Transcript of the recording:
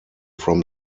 from